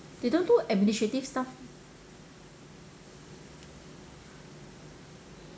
they don't do administrative stuff